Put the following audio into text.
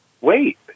wait